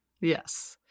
Yes